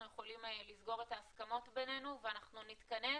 יכולים לסגור את ההסכמות בינינו ואנחנו נתכנס